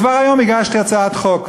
כבר היום הגשתי הצעת חוק,